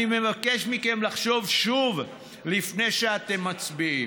אני מבקש מכם לחשוב שוב לפני שאתם מצביעים.